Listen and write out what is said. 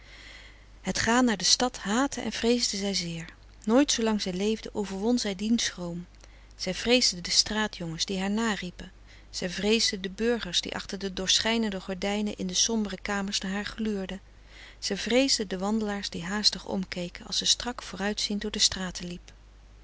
het gaan naar de stad haatte en vreesde zij zeer nooit zoolang zij leefde overwon zij dien schroom zij vreesde de straatjongens die haar nariepen zij vreesde de burgers die achter de doorschijnende gordijnen in de sombere kamers naar haar gluurden zij vreesde de wandelaars die haastig omkeken als ze strak voor uitziend door de straten liep